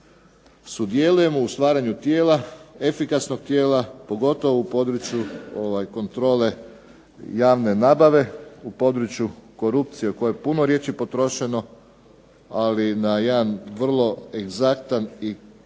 sudjelujemo u stvaranju tijela, efikasnog tijela pogotovo u području kontrole javne nabave, u području korupcije o kojoj je puno riječi potrošeno ali na jedan vrlo egzaktan i konkretan